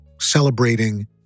celebrating